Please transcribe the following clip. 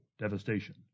devastation